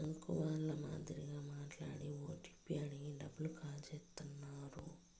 bank వాళ్ళ మాదిరి మాట్లాడి ఓటీపీ అడిగి డబ్బులు కాజేత్తన్నారు